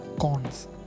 cons